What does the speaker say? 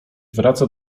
wraca